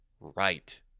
right